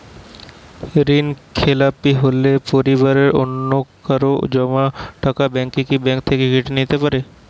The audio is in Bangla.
ঋণখেলাপি হলে পরিবারের অন্যকারো জমা টাকা ব্যাঙ্ক কি ব্যাঙ্ক কেটে নিতে পারে?